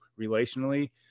relationally